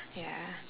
ya